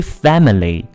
family